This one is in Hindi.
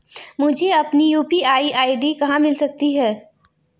मुझे अपनी यू.पी.आई आई.डी कहां मिल सकती है?